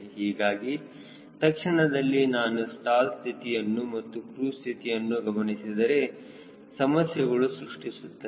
ಹೀಗಾಗಿ ತಕ್ಷಣದಲ್ಲಿ ನಾನು ಸ್ಟಾಲ್ ಸ್ಥಿತಿಯನ್ನು ಮತ್ತು ಕ್ರೂಜ್ ಸ್ಥಿತಿಯನ್ನು ಗಮನಿಸಿದರೆ ಸಮಸ್ಯೆಗಳು ಸೃಷ್ಟಿಸುತ್ತವೆ